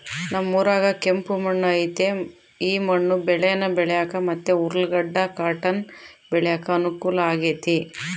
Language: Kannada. ನಮ್ ಊರಾಗ ಕೆಂಪು ಮಣ್ಣು ಐತೆ ಈ ಮಣ್ಣು ಬೇಳೇನ ಬೆಳ್ಯಾಕ ಮತ್ತೆ ಉರ್ಲುಗಡ್ಡ ಕಾಟನ್ ಬೆಳ್ಯಾಕ ಅನುಕೂಲ ಆಗೆತೆ